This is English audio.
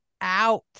out